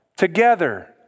Together